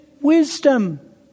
wisdom